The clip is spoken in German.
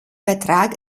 vertrag